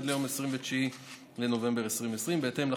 עד ליום 29 בנובמבר 2020. בהתאם לחוק,